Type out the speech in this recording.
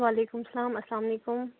وعلیکُم سلام اَسلامُ علیکُم